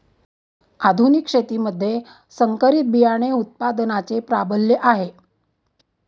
आधुनिक शेतीमध्ये संकरित बियाणे उत्पादनाचे प्राबल्य आहे